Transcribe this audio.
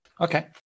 Okay